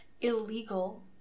illegal